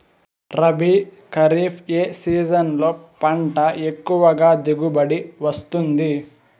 రబీ, ఖరీఫ్ ఏ సీజన్లలో పంట ఎక్కువగా దిగుబడి వస్తుంది